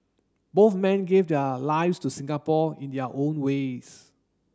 both men gave their lives to Singapore in their own ways